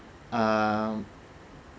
um